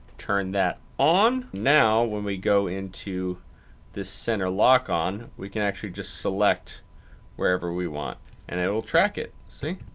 turn that on. now, when we go into this center lock on we can actually just select wherever we want and it'll track it, see?